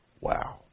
Wow